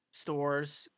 stores